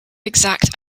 exact